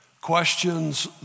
questions